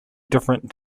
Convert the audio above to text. different